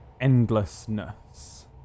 endlessness